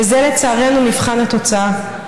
וזה, לצערנו, מבחן התוצאה.